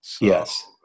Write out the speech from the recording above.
Yes